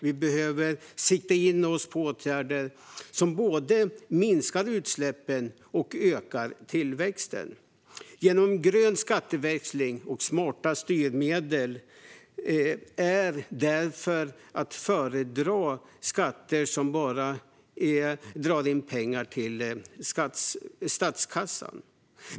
Vi behöver sikta in oss på åtgärder som både minskar utsläppen och ökar tillväxten. Grön skatteväxling och smarta styrmedel är därför att föredra framför skatter som bara drar in pengar till statskassan.